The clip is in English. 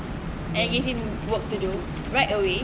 and give him work to do right away